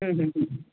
ହୁଁ ହୁଁ ହୁଁ